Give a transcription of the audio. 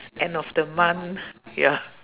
end of the month ya